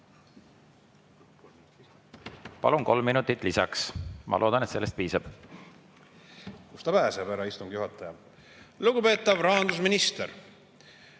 Palun, kolm minutit lisaks! Ma loodan, et sellest piisab. Kus ta pääseb, härra istungi juhataja. Lugupeetav rahandusminister!